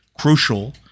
crucial